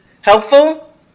helpful